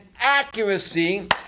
accuracy